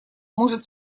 может